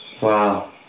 Wow